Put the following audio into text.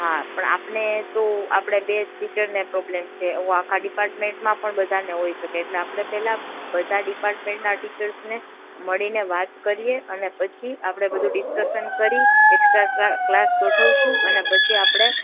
હા પણ આપને તો આપણે બે જ ટીચર ને પ્રોબ્લેમ છે આખા ડીપાર્ટમેન્ટમાં પણ બધાને હોય શકે એટલે આપણે પેલા બધા ડિપાર્ટમેન્ટના ટીચર્સને મળીને વાત કરીએ અને પછી આપણે બધુ ડિસ્કશન કરી એકસ્ટ્રા ક્લાસ ગોઠવીશું અને પછી આપણે